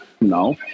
No